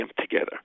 together